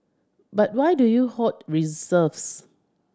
but why do you hoard reserves